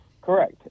Correct